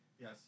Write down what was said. Yes